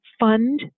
fund